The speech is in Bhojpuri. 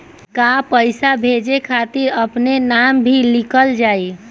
का पैसा भेजे खातिर अपने नाम भी लिकल जाइ?